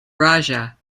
raja